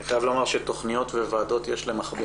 אני חייב לומר שתכניות וועדות יש למכביר.